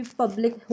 public